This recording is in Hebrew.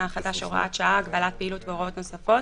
החדש (הוראת שעה) (הגבלת פעילות והוראות נוספות)